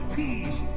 peace